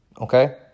okay